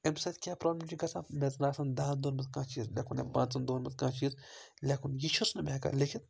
اَمہِ سۭتۍ کیٛاہ پرٛابلِم چھِ گژھان مےٚ ژٕ نہٕ آسَن دۄہَن منٛز کانٛہہ چیٖز لیٚکھُن یا پانٛژَن دۄہَن منٛز کانٛہہ چیٖز لیٚکھُن یہِ چھُس نہٕ بہٕ ہٮ۪کان لیٚکھِتھ